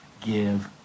give